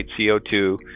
CO2